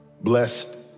blessed